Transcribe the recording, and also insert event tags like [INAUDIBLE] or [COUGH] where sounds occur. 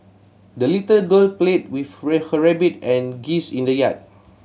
the little girl played [UNINTELLIGIBLE] with her rabbit and geese in the yard